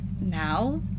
now